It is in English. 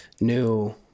new